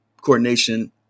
coordination